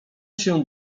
się